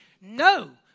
no